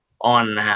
on